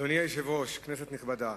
אדוני היושב-ראש, כנסת נכבדה,